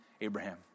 Abraham